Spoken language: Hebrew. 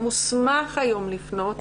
הוא מוסמך היום לפנות,